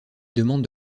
demande